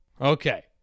Okay